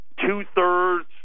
two-thirds